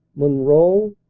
monroe,